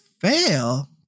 fail